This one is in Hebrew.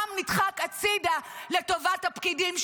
העם נדחק הצידה לטובת הפקידים.